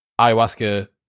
ayahuasca